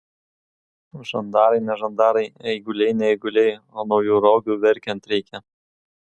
žandarai ne žandarai eiguliai ne eiguliai o naujų rogių verkiant reikia